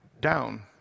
down